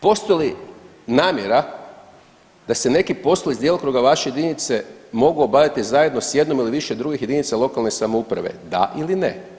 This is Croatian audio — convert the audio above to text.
Postoji li namjera da se neki poslovi iz djelokruga vaše jedinice mogu obavljati s jednom ili više drugih jedinica lokalne samouprave, da ili ne.